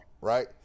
Right